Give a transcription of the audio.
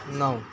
नौ